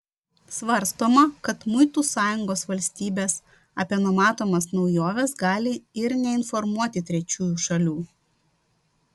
svarstoma kad muitų sąjungos valstybės apie numatomas naujoves gali ir neinformuoti trečiųjų šalių